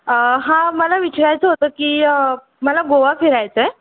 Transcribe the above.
हा मला विचारायचं होतं की मला गोवा फिरायचं आहे